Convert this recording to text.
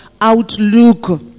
outlook